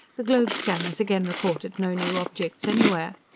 the globe-scanners again reported no new objects anywhere.